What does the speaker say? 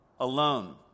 alone